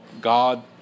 God